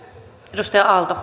arvoisa